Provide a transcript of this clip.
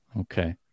Okay